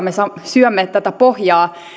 me syömme tätä pohjaa